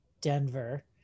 denver